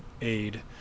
aid